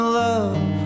love